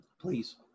Please